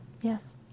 yes